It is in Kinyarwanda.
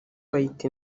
bayita